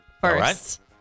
first